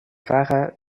fahrer